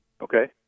Okay